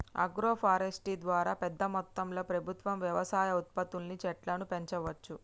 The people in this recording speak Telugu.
ఆగ్రో ఫారెస్ట్రీ ద్వారా పెద్ద మొత్తంలో ప్రభుత్వం వ్యవసాయ ఉత్పత్తుల్ని చెట్లను పెంచవచ్చు